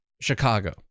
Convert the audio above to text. Chicago